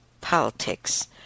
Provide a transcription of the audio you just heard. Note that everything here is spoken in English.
politics